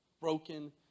broken